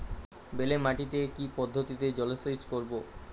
বেলে মাটিতে কি পদ্ধতিতে জলসেচ করব?